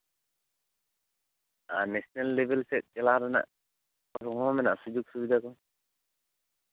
national ᱞᱮᱵᱮᱞᱨᱮ ᱪᱟᱞᱟᱣ ᱨᱮᱱᱟᱜ ᱥᱩᱡᱳᱜ ᱥᱩᱵᱤᱫᱷᱟ ᱢᱮᱱᱟᱜᱼᱟ ᱚᱱᱟ ᱠᱚ